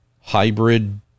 hybrid